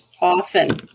often